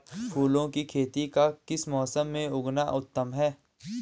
फूलों की खेती का किस मौसम में उगना उत्तम है?